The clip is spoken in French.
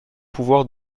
pouvoir